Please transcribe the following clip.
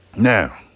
Now